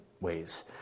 ways